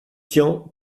tian